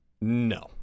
No